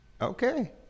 Okay